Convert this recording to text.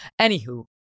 Anywho